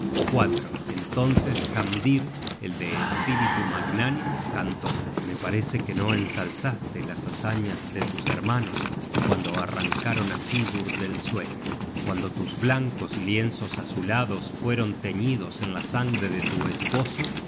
entonces hamdir el de espíritu magnánimo cantó me parece que no ensalzaste las hazañas de tus hermanos cuando arrancaron á sigurd del sueño cuando tus blancos lienzos azulados fueron teñidos en la sangre de tu esposo